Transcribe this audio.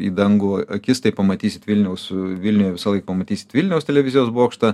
į dangų akis tai pamatysit vilniaus vilniuje visąlaik pamatysit vilniaus televizijos bokštą